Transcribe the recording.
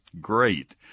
great